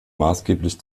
maßgeblich